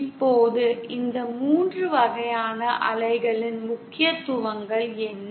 இப்போது இந்த 3 வகையான அலைகளின் முக்கியத்துவங்கள் என்ன